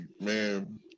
man